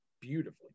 beautifully